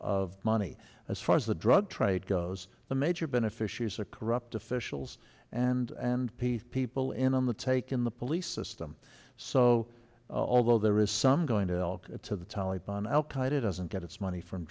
money as far as the drug trade goes the major beneficiaries are corrupt officials and and peace people in on the take in the police system so although there is some going to help to the taliban al qaeda doesn't get its money from